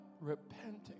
repenting